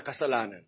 kasalanan